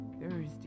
Thursday